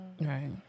Right